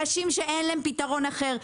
אנשים שאין להם פתרון אחר.